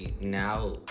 now